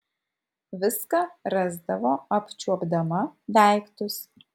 viską rasdavo apčiuopdama daiktus